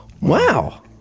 wow